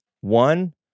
One